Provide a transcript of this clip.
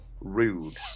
Rude